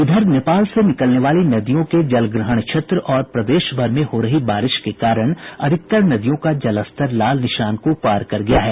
वहीं नेपाल से निकलने वाली नदियों के जलग्रहण क्षेत्र और प्रदेश भर में हो रही बारिश के कारण अधिकतर नदियों का जलस्तर लाल निशान को पार कर गया है